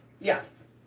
Yes